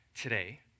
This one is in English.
today